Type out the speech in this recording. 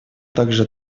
также